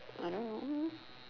I don't know